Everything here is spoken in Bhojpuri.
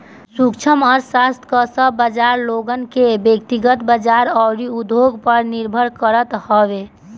सूक्ष्म अर्थशास्त्र कअ सब बाजार लोगन के व्यकतिगत बाजार अउरी उद्योग पअ निर्भर करत हवे